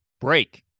break